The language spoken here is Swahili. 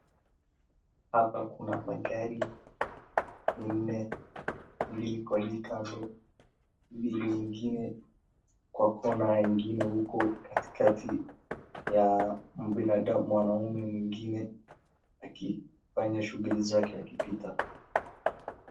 Hapa kuna magari minne. Mbili kwa hii kambi, mbili ingine kwa kona ingine huko katikati ya mwanaume mwingine akifanya shughuli zake akipita.